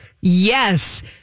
yes